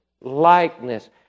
likeness